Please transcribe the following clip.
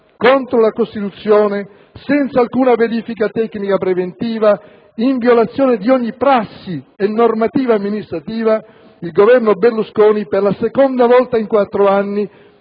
contro la Costituzione, senza alcuna verifica tecnica preventiva, in violazione di ogni prassi e normativa amministrativa, il Governo Berlusconi, per la seconda volta in quattro anni